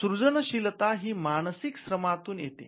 सृजनशीलता ही मानसिक श्रमातून येत असते